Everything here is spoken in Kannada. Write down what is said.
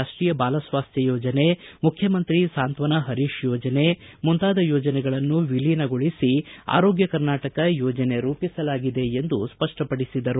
ರಾಷ್ಟೀಯ ಬಾಲ ಸ್ವಾಸ್ತ್ಯ ಯೋಜನೆ ಮುಖ್ಯಮಂತ್ರಿ ಸಾಂತ್ವನ ಹರೀಶ್ ಯೋಜನೆ ಮತ್ತು ಇಂದಿರಾ ಸುರಕ್ಷಾ ಯೋಜನೆಗಳನ್ನು ವಿಲೀನಗೊಳಿಸಿ ಆರೋಗ್ಯ ಕರ್ನಾಟಕ ಯೋಜನೆ ರೂಪಿಸಲಾಗಿದೆ ಎಂದು ಸ್ಪಪ್ಟಪಡಿಸಿದರು